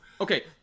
okay